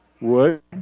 Wood